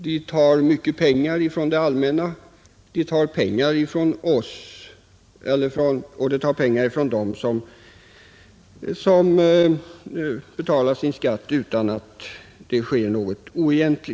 De tar mycket pengar från det allmänna och från dem som betalar sin skatt utan att begå några oegentligheter.